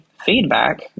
Feedback